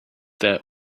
there